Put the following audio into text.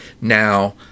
now